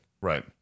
right